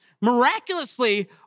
miraculously